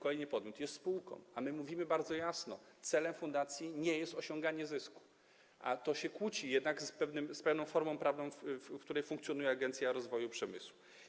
kolejny podmiot, jest spółką, a mówimy bardzo jasno, że celem fundacji nie jest osiąganie zysku, a to się jednak kłóci z pewną formą prawną, w której funkcjonuje Agencja Rozwoju Przemysłu.